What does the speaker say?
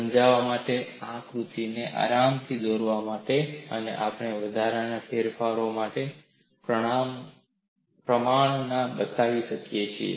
સમજવા માટે આ આકૃતિને આરામથી દોરવા માટે આપણે આ વધારાનું ફેરફારો મોટા પ્રમાણમાં બતાવીએ છીએ